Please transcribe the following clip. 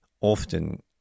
often